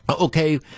okay